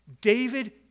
David